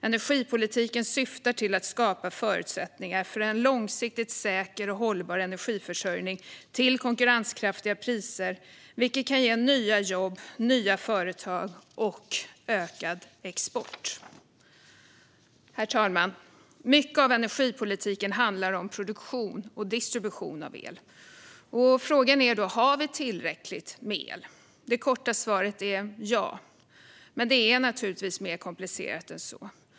Energipolitiken syftar till att skapa förutsättningar för en långsiktigt säker och hållbar energiförsörjning till konkurrenskraftiga priser, vilket kan ge nya jobb, nya företag och ökad export. Herr talman! Mycket av energipolitiken handlar om produktion och distribution av el. Frågan är då om vi har tillräckligt med el. Det korta svaret är ja, men det är naturligtvis mer komplicerat än så.